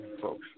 folks